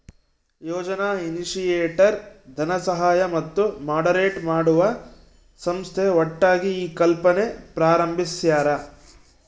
ಯೋಜನಾ initiator ಧನಸಹಾಯ ಮತ್ತು moderate ಮಾಡುವ ಸಂಸ್ಥೆ ಒಟ್ಟಾಗಿ ಈ ಕಲ್ಪನೆ ಪ್ರಾರಂಬಿಸ್ಯರ